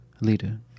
leader